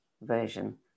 version